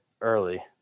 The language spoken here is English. early